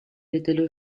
était